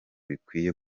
bikwiye